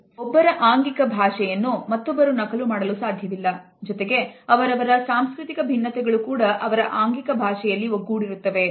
ಪ್ರತಿಯೊಬ್ಬರ ಆಂಗಿಕ ಭಾಷೆಯೂ ಕೂಡ ಮತ್ತು ಬರಿ ಗಿಂತ ಭಿನ್ನವಾಗಿದೆ